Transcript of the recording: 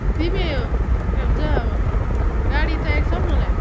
तिमी के भन्छ गाडी चाहिएको छ हौ मलाई